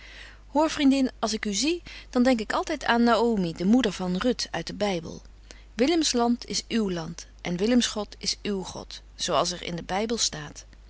hoor vriendin als ik u zie dan denk ik altyd aan naömi de moeder van ruth uit den bybel willems land is uw land en willems god is uw god zo als er in den bybel staat